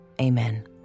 amen